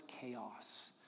chaos